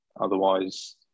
otherwise